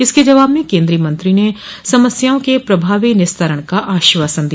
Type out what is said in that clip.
इसके जवाब में केन्द्रीय मंत्री ने समस्याओं के प्रभावी निस्तारण का आश्वासन दिया